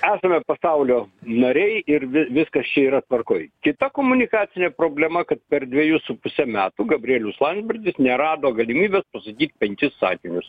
esame pasaulio nariai ir vi viskas čia yra tvarkoj kita komunikacinė problema kad per dvejus su puse metų gabrielius landsbergis nerado galimybės pasakyt penkis sakinius